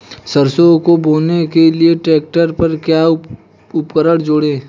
सरसों को बोने के लिये ट्रैक्टर पर क्या उपकरण जोड़ें?